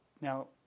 Now